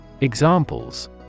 Examples